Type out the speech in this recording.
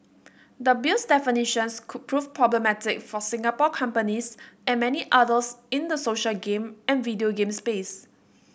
the Bill's definitions could prove problematic for Singapore companies and many others in the social game and video game space